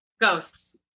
Ghosts